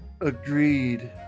Agreed